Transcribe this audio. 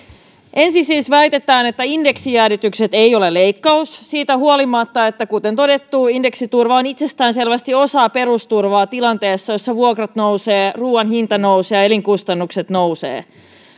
ensin siis väitetään että indeksijäädytykset eivät ole leikkaus siitä huolimatta että kuten todettu indeksiturva on itsestäänselvästi osa perusturvaa tilanteessa jossa vuokrat nousevat ruuan hinta nousee ja elinkustannukset nousevat